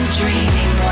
dreaming